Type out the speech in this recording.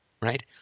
Right